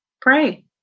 Pray